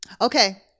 Okay